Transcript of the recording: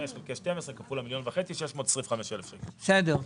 חמש חלקי 12 כפול 1,500,000 זה 625,000. בסדר.